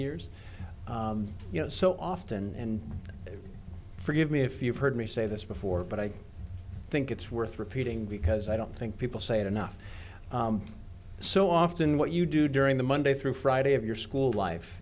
years you know so often and forgive me if you've heard me say this before but i think it's worth repeating because i don't think people say it enough so often what you do during the monday through friday of your school life